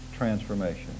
transformation